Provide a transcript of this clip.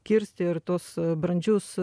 kirsti ir tuos brandžius